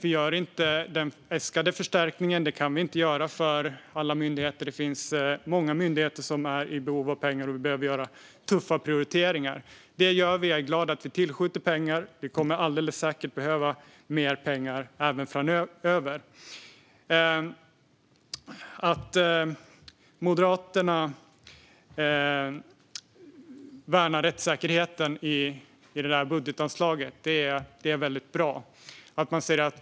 Vi gör inte den äskade förstärkningen. Det kan vi inte göra för alla myndigheter. Det finns många myndigheter som är i behov av pengar, och vi behöver göra tuffa prioriteringar. Det gör vi. Jag är glad att vi tillskjuter pengar. Vi kommer alldeles säkert att behöva mer pengar även framöver. Att Moderaterna värnar rättssäkerheten i detta budgetanslag är bra.